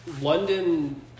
London